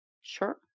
Sure